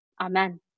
Amen